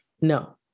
No